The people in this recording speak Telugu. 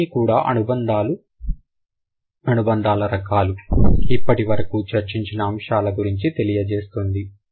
ఇవన్నీ కూడా అనుబంధాలు అనుబంధాల రకాలు ఇప్పటివరకు చర్చించిన అంశాల గురించి తెలియజేస్తుంది